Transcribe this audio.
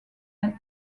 and